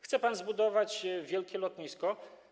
Chce pan zbudować wielkie lotnisko.